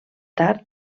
tard